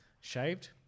shaved